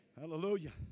Hallelujah